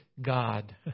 God